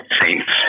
saints